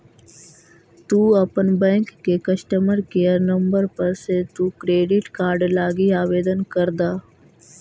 तु अपन बैंक के कस्टमर केयर नंबर पर से तु क्रेडिट कार्ड लागी आवेदन कर द